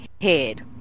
head